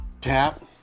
Tap